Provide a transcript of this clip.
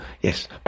yes